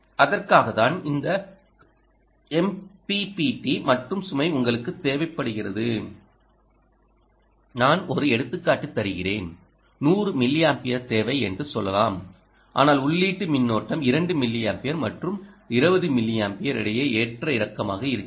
அதற்காகத்தான் இந்த MPPT மற்றும் சுமை உங்களுக்குத் தேவைப்படுகிறது நான் ஒரு எடுத்துக்காட்டு தருகிறேன் 100 மில்லியாம்பியர் தேவை என்று சொல்லலாம் ஆனால் உள்ளீட்டு மின்னோட்டம் 2 மில்லியம்பியர் மற்றும் 20 மில்லியாம்பியர் இடையே ஏற்ற இறக்கமாக இருக்கின்றன